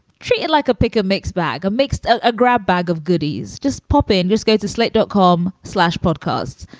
treat it like a pick, a mixed bag of um mixed a grab bag of goodies, just pop in your skates, a slight dot com slash podcasts,